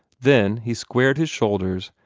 then he squared his shoulders,